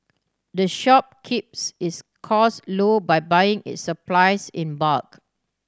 the shop keeps its costs low by buying its supplies in bulk